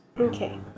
Okay